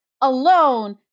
alone